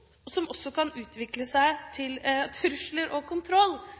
som også kan utvikle seg til fysisk vold. Og